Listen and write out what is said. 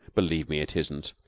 believe me, it isn't.